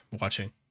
watching